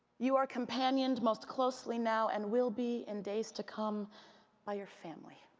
your companioned most closely now and will be in days to come by your family.